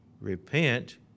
Repent